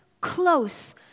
close